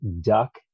duck